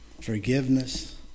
forgiveness